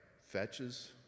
fetches